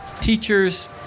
teachers